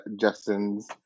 Justin's